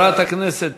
חברת הכנסת